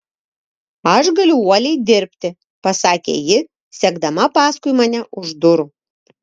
aš galiu uoliai dirbti pasakė ji sekdama paskui mane už durų